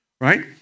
right